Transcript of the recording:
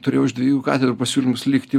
turėjau iš dviejų katedrų pasiūlymus likti